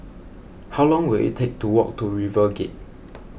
how long will it take to walk to RiverGate